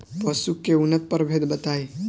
पशु के उन्नत प्रभेद बताई?